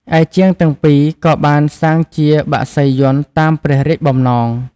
ឯជាងទាំងពីរក៏បានសាងជាបក្សីយន្តតាមព្រះរាជបំណង។